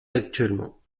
actuellement